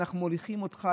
אנחנו מוליכים אותך,